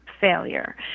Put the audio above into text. failure